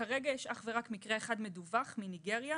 כרגע יש אך ורק מקרה אחד מדווח אחד מניגריה.